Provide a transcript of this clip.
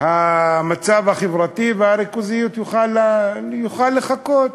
המצב החברתי והריכוזיות יוכלו לחכות,